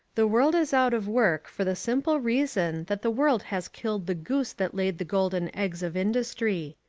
the world is out of work for the simple reason that the world has killed the goose that laid the golden eggs of industry.